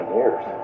years